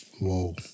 Whoa